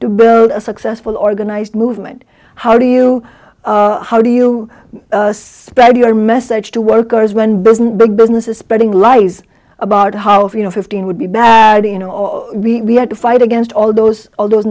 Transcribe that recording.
to build a successful organized movement how do you how do you spend your message to workers when business big business is spreading lies about how if you know fifteen would be bad you know or we had to fight against all those all those